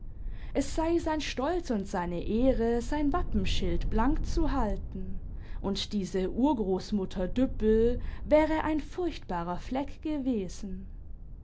es sei sein stolz und seine ehre sein wappenschild blank zu halten und diese urgroßmutter düppel wäre ein furchtbarer fleck gewesen